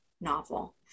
novel